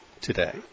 today